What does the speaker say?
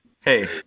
Hey